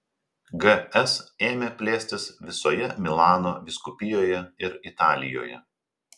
gs ėmė plėstis visoje milano vyskupijoje ir italijoje